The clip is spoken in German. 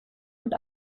und